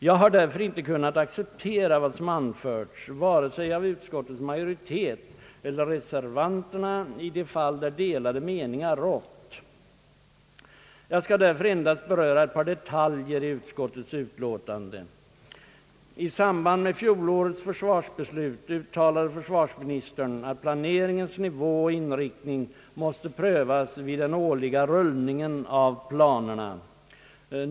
Jag har inte kunnat acceptera vad som anförts vare sig av utskottets majoritet eller reservanterna i de fall där delade meningar rått. Jag skall endast beröra ett par detaljer i utskottets utlåtande. I samband med fjolårets försvarsbeslut uttalade försvarsministern att planeringens nivå och inriktning måste prövas vid den årliga rullningen av planerna.